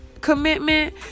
commitment